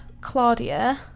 Claudia